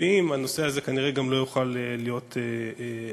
כספיים הנושא הזה כנראה גם לא יוכל להיות מאחורינו.